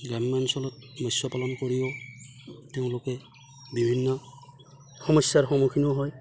গ্ৰাম্যাঞ্চলত মৎস্য পালন কৰিও তেওঁলোকে বিভিন্ন সমস্যাৰ সন্মুখীনো হয়